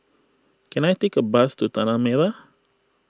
can I take a bus to Tanah Merah